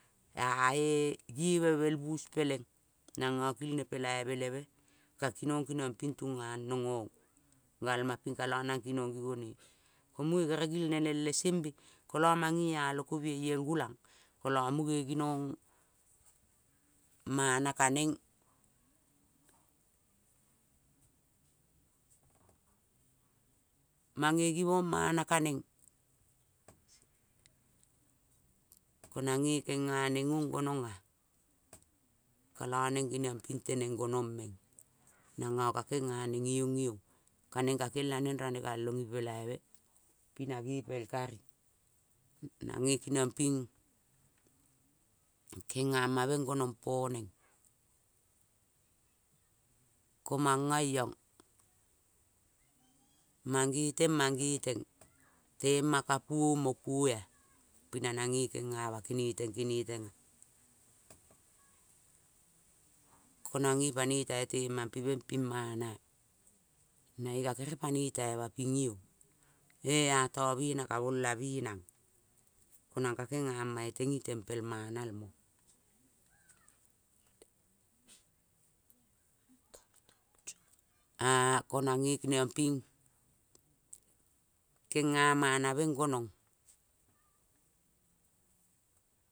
Ea e giebe bel bush peleng nango kilre polaibe lebe ka kinong ping tungang oong galma pingka lamong nang kinong ngi gore. Munge kere gil re neng le see mbe kolo mange alo kobiaia gulang. Kolo munge ginong mankena neng ong gonongea, kolo neng geniong ping teneng gonong meng nongo ka kenga neng iong long kaneng kakelano rane kalong i plaibe na ngepel kari. Nange keniong ping kenga ma meng gonong po neng. Komongo iong mangeteng man, gateng temaka puo mo puoea pi narage kengama kengeteng kengeteng. Ko nange panoi tai temampe meng ping manaea, nange kagerwe i panoi taima ping ingiong e ato bena ka bola menang konang ka kengaima teng leng pel manalo. Aa ko nange keniong ping kenga mana meng gonong.